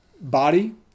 body